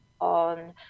on